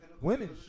Women